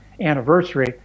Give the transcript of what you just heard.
anniversary